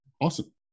Awesome